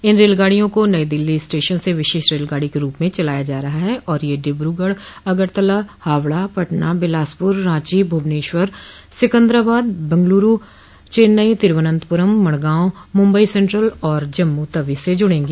इन रेलगाडियों को नई दिल्ली स्टेंशन से विशेष रेलगाड़ी के रूप में चलाया जा रहा है और ये डिब्रूगढ़ अगरतला हावड़ा पटना बिलासपुर रांची भुवनेश्वर सिकंदराबाद बेंगलुरू चेन्नई तिरूवन्तपुरम मड़गांव मुम्बई सेंट्रल और जम्मू तवी से जुड़ेंगी